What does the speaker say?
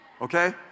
okay